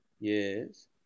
Yes